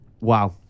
wow